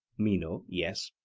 meno yes.